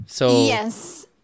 Yes